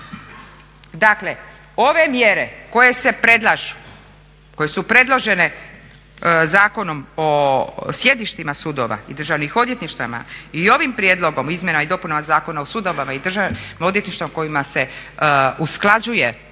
se predlažu, koje su predložene Zakonom o sjedištima sudova i Državnih odvjetništava i ovim prijedlogom izmjena i dopuna Zakona o sudovima i Državnim odvjetništvima kojima se usklađuju